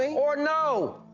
ah or no!